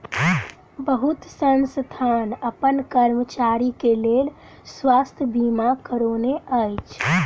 बहुत संस्थान अपन कर्मचारी के लेल स्वास्थ बीमा करौने अछि